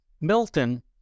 Milton